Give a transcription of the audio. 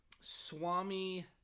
Swami